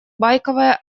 байковое